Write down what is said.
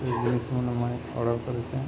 ଇ ଜିନିଷ୍ମନେ ମୁଇଁ ଅର୍ଡର୍ କରିଚେଁ